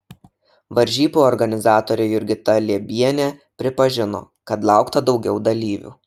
varžybų organizatorė jurgita liebienė pripažino kad laukta daugiau dalyvių